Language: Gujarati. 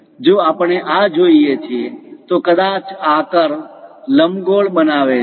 જો આપણે આ જોઈએ છે તો કદાચ આ કર્વ લંબગોળ બનાવે છે